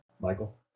Michael